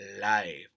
life